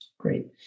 Great